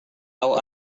tahu